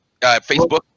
Facebook